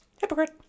Hypocrite